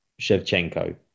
Shevchenko